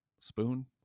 spoon